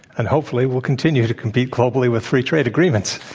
and hopefully, we'll continue to compete globally with free trade agreements.